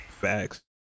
Facts